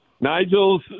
Nigel's